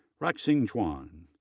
ranxin quan,